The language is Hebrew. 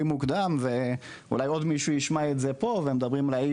מוקדם ואולי עוד מישהו ישמע את זה פה ומדברים ל-